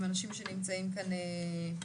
עם אנשים שנמצאים כאן בוועדה,